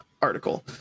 article